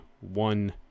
one